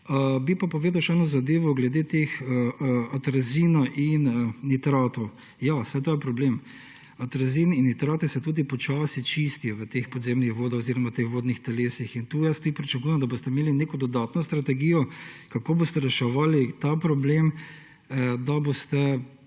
Bi pa povedal še eno zadevo glede atrazina in nitratov. Ja, saj to je problem. Atrazin in nitrati se tudi počasi čistijo v teh podzemnih vodah oziroma teh vodnih telesih in tu tudi pričakujem, da boste imeli neko dodatno strategijo, kako boste reševali ta problem, da boste